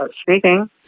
Speaking